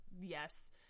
yes